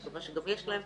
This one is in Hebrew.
אני מקווה שגם יש להם,